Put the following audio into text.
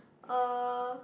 uh